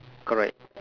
correct